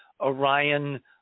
Orion